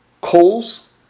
coals